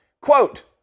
Quote